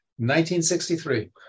1963